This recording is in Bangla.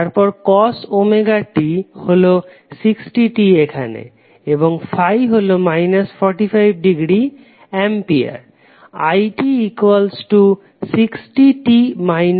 তারপর কস ওমেগা T হলো 60t এখানে এবং ফাই হলো 45 ডিগ্রী অ্যাম্পিয়ার